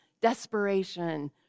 desperation